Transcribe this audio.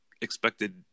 expected